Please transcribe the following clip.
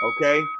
okay